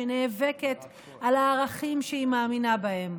שנאבקת על הערכים שהיא מאמינה בהם,